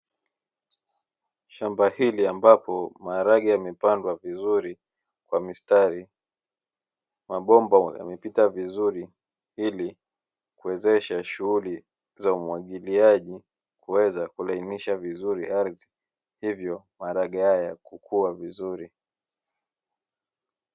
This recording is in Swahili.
Shamba hili ambapo maharage yamepandwa vizuri kwa mistari, mabomba yamepita vizuri ili kuwezesha shughuli za umwagiliaji kuweza kulainisha vizuri ardhi; hivyo maharage haya kukua vizuri.